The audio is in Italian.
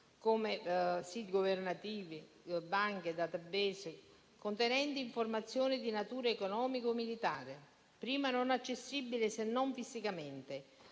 come siti governativi o *database*, contenenti informazioni di natura economico-militare, prima non erano accessibili, se non fisicamente.